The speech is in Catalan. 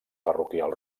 parroquial